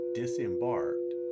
disembarked